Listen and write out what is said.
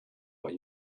what